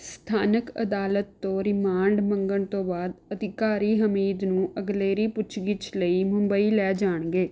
ਸਥਾਨਕ ਅਦਾਲਤ ਤੋਂ ਰਿਮਾਂਡ ਮੰਗਣ ਤੋਂ ਬਾਅਦ ਅਧਿਕਾਰੀ ਹਮੀਦ ਨੂੰ ਅਗਲੇਰੀ ਪੁੱਛਗਿੱਛ ਲਈ ਮੁੰਬਈ ਲੈ ਜਾਣਗੇ